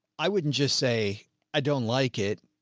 i wouldn't just say i don't like it.